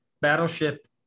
Battleship